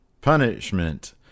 Punishment